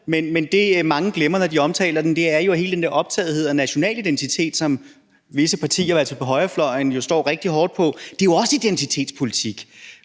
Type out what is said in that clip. men det, mange glemmer, når de omtaler den, er jo, at hele den der optagethed af national identitet, som visse partier på højrefløjen står rigtig hårdt på, også er identitetspolitik.